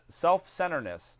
self-centeredness